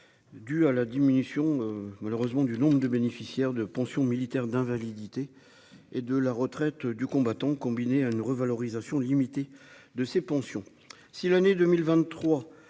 due à la diminution, malheureusement, du nombre de bénéficiaires de pensions militaires d'invalidité et de la retraite du combattant, combinée à une revalorisation limitée de ses pensions